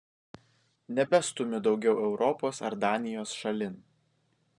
nebestumiu daugiau europos ar danijos šalin